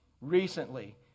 Recently